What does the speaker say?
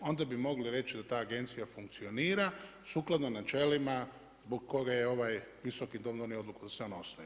Onda bi mogli reći da ta agencija funkcionira sukladno načelima zbog koga je ovaj Visoki dom donio odluku da se on osnuje.